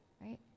right